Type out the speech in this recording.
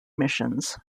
missions